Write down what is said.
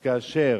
כאשר